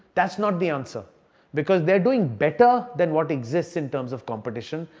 that's not the answer because they're doing better than what exists in terms of competition,